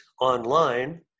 online